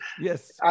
Yes